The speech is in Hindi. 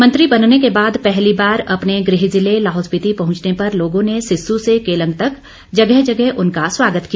मंत्री बनने के बाद पहली बार अपने गृह जिले लाहौल स्पीति पहुंचने पर लोगों ने सिस्सू से केलंग तक जगह जगह उनका स्वागत किया